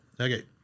Okay